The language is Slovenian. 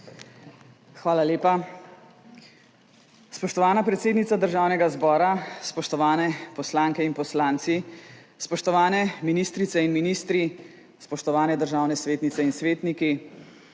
Hvala lepa. Spoštovana predsednica Državnega zbora, spoštovane poslanke in poslanci, spoštovane ministrice in ministri, spoštovane državne svetnice in svetniki,